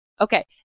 Okay